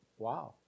Wow